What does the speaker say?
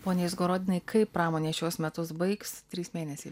pone izgorodinai kaip pramonė šiuos metus baigs trys mėnesiai